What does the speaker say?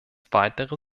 weitere